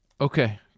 Okay